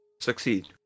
succeed